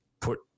put